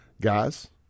Guys